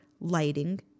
lighting